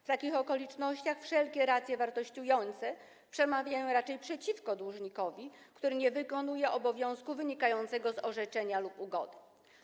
W takich okolicznościach wszelkie racje wartościujące przemawiają raczej przeciwko dłużnikowi, który nie wykonuje obowiązku wynikającego z orzeczenia lub ugody.